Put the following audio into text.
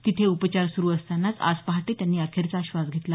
तिथे उपचार सुरु असतानाच आज पहाटे त्यांनी अखेरचा श्वास घेतला